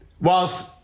whilst